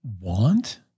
want